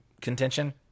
contention